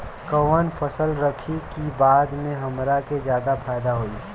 कवन फसल रखी कि बाद में हमरा के ज्यादा फायदा होयी?